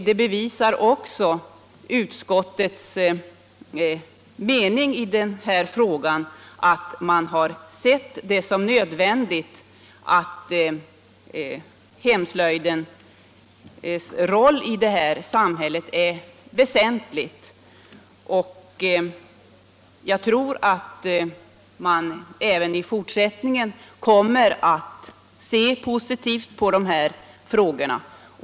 Det bevisas också av utskottets mening att hemslöjdens roll i vårt samhälle är väsentlig. Jag tror att man kommer att se positivt på dessa frågor.